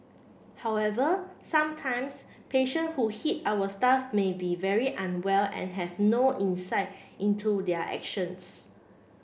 however sometimes patient who hit our staff may be very unwell and have no insight into their actions